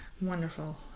Wonderful